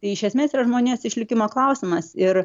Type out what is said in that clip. tai iš esmės yra žmonijos išlikimo klausimas ir